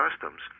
customs